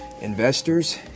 Investors